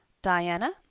diana,